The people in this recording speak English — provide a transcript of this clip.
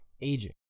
aging